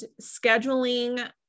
scheduling